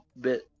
bit